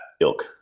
ilk